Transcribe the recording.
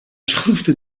schroefde